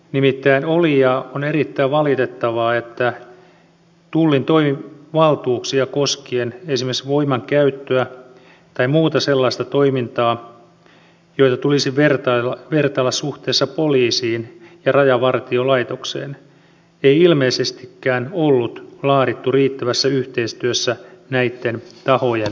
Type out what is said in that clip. nimittäin oli ja on erittäin valitettavaa että tullin toimivaltuuksia koskien esimerkiksi voimankäyttöä tai muuta sellaista toimintaa jota tulisi vertailla suhteessa poliisiin ja rajavartiolaitokseen ei ilmeisestikään ollut laadittu riittävässä yhteistyössä näitten tahojen kanssa